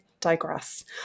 digress